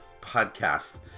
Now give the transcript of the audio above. podcast